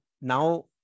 now